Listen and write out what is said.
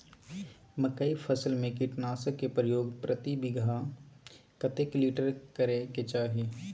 मकई फसल में कीटनासक के प्रयोग प्रति बीघा कतेक लीटर करय के चाही?